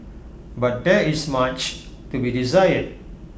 but there is much to be desired